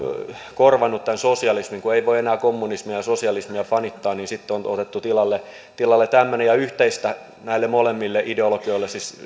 korvannut sosialismin kun ei voi enää kommunismia ja sosialismia fanittaa niin sitten on on otettu tilalle tilalle tämmöinen ja yhteistä näille molemmille ideologioille siis